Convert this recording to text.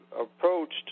approached